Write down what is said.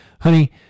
honey